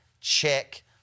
check